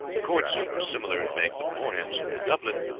the court suit was similar in make, but more handsome the doublet,